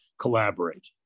collaborate